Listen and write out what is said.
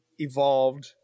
Evolved